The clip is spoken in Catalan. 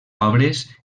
obres